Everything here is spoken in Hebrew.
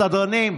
סדרנים,